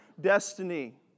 Destiny